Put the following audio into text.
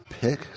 pick